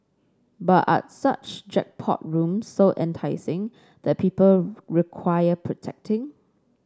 but are such jackpot rooms so enticing that people require protecting